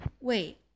Wait